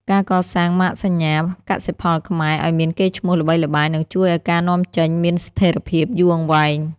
ការកសាងម៉ាកសញ្ញា "កសិផលខ្មែរ" ឱ្យមានកេរ្តិ៍ឈ្មោះល្បីល្បាញ នឹងជួយឱ្យការនាំចេញមានស្ថិរភាពយូរអង្វែង។